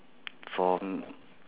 for mm